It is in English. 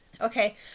Okay